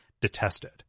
detested